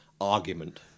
argument